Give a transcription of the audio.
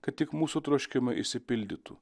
kad tik mūsų troškimai išsipildytų